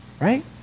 Right